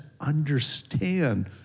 understand